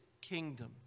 kingdom